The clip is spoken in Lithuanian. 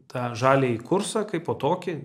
tą žaliąjį kursą kaipo tokį